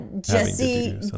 Jesse